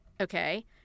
okay